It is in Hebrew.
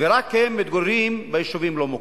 ורק הם מתגוררים ביישובים לא-מוכרים.